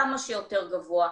כמה שיותר גבוה,